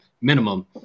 minimum